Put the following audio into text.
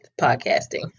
podcasting